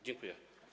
Dziękuję.